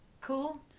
Cool